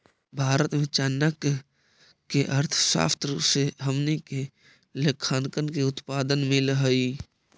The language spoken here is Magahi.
भारत में चाणक्य के अर्थशास्त्र से हमनी के लेखांकन के उदाहरण मिल हइ